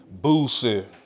Boosie